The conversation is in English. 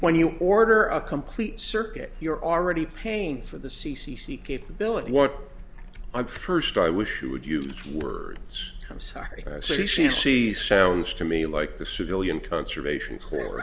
when you order a complete circuit you're already paying for the c c c capability what i'm first i wish you would use words i'm sorry to say she sees sounds to me like the civilian conservation corps